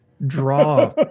draw